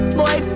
boy